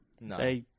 No